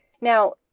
Now